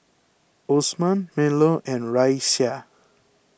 Osman Melur and Raisya